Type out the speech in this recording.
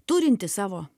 turinti savo